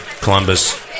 Columbus